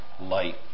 light